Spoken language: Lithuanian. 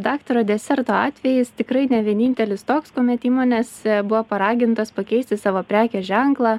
daktaro deserto atvejis tikrai ne vienintelis toks kuomet įmonės buvo paragintos pakeisti savo prekės ženklą